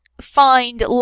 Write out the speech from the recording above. find